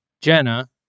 Jenna